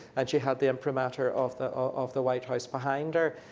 and she had the imprimatur of the of the white house behind her.